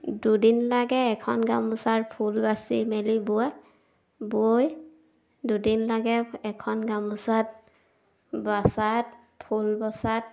দুদিন লাগে এখন গামোচাৰ ফুল বাচি মেলি বোৱা বৈ দুদিন লাগে এখন গামোচাত বচাত ফুল বচাত